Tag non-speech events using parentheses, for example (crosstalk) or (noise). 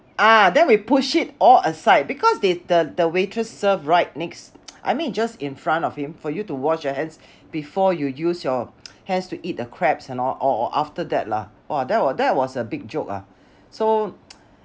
ah then we push it all aside because they the the waitress serve right next (noise) I mean just in front of him for you to wash your hands before you use your (noise) hands to eat the crabs and all or after that lah !wah! that was that was a big joke ah so (noise)